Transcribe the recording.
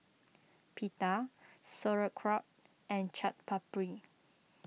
Pita Sauerkraut and Chaat Papri